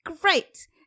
Great